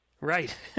Right